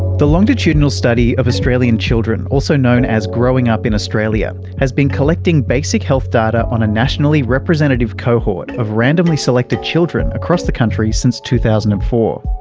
the longitudinal study of australian children, also known as growing up in australia, has been collecting basic health data on a nationally representative cohort of randomly selected children across the country since two thousand and four.